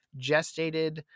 gestated